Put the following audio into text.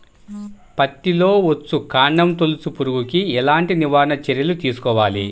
పత్తిలో వచ్చుకాండం తొలుచు పురుగుకి ఎలాంటి నివారణ చర్యలు తీసుకోవాలి?